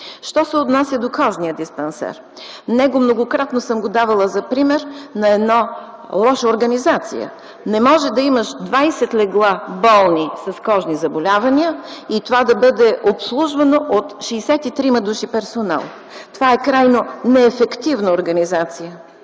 Що се отнася до Кожния диспансер – него многократно съм го давала за пример на една лоша организация. Не можеш да имаш 20 легла и болни с кожни заболявания и това да бъде обслужвано от 63 души персонал. Това е крайно неефективна организация.